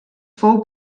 fou